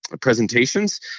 presentations